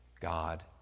God